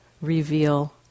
reveal